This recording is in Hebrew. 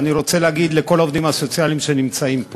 ואני רוצה להגיד לכל העובדים הסוציאליים שנמצאים פה: